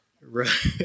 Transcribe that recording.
Right